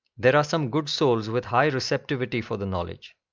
there are some good souls with high receptivity for the knowledge.